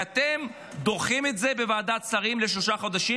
ואתם דוחים את זה בוועדת שרים לשלושה חודשים,